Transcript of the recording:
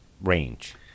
range